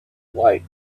white